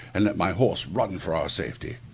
and let my horse run for our safety.